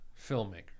filmmaker